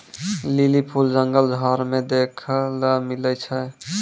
lily फूल जंगल झाड़ मे देखै ले मिलै छै